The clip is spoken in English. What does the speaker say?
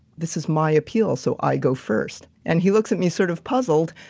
this is my appeal, so i go first. and he looks at me sort of puzzled.